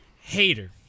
Hater